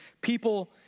people